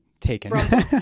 Taken